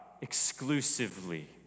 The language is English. exclusively